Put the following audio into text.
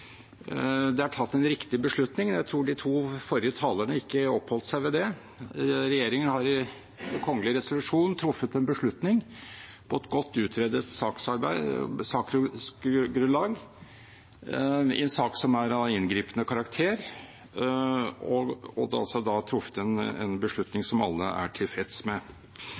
det er tatt en riktig beslutning. Jeg tror de to forrige talerne ikke oppholdt seg ved det. Regjeringen har i kongelig resolusjon truffet en beslutning på et godt utredet saksgrunnlag i en sak som er av inngripende karakter, og det er altså truffet en beslutning som alle er tilfreds med.